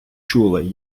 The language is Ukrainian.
чули